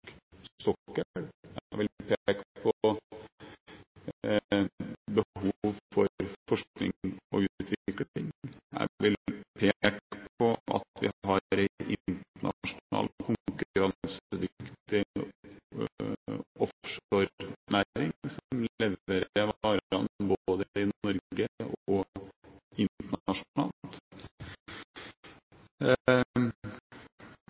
sokkel. Jeg vil peke på behov for forskning og utvikling. Jeg vil peke på at vi har en internasjonal konkurransedyktig offshorenæring som leverer både i Norge og internasjonalt. Summen av dette føler jeg